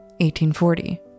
1840